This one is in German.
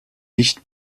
nicht